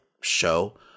show